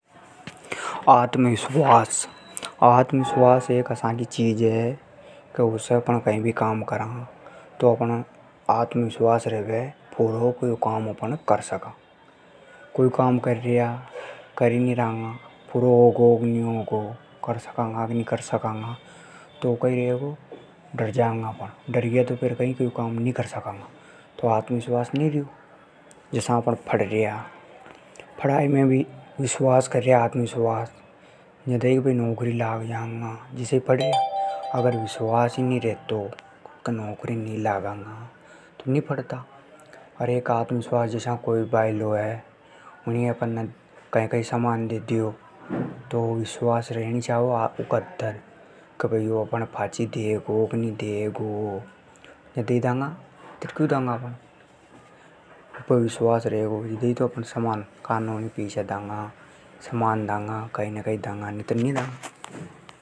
आत्म विश्वास, एक असी चीज है के उसे अपण कई भी काम करा तो अपण हे विश्वास रेवे कि यो काम कर सका। कोई काम कर्र्या अपण तो होगो की नी होगो अपण डर जांगा, डर ग्या तो यो काम नी कर सकंगा। अपणे आत्मविश्वास नी रयो। पढर्या पढ़ाई में भी विश्वास कर्र्या अपण के भई नौकरी लाग जांगा। अगर विश्वास नी रेतो के भई नी लागांगा तो नी पढ़ता। आत्मविश्वास जसा कोई भायला ये कोई सामान। दे द्यो तो विश्वास रेणी छावे ऊके ऊपर के भई दे देगो जदी देंगा। तो यो है आत्मविश्वास।